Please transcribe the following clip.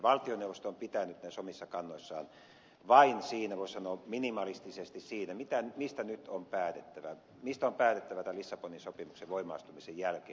valtioneuvosto on pitäytynyt näissä omissa kannoissaan vain voisi sanoa minimalistisesti siinä mistä nyt on päätettävä tämän lissabonin sopimuksen voimaan astumisen jälkeen